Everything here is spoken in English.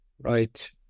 Right